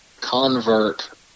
convert